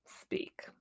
speak